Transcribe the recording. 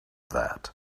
that